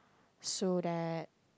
so that